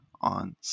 on